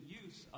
use